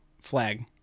flag